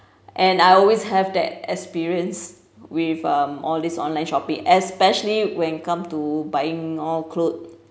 and I always have that experience with um all these online shopping especially when come to buying all clothes